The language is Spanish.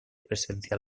presencia